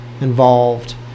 involved